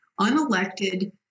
unelected